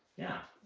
yeah.